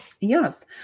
Yes